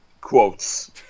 quotes